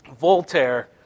Voltaire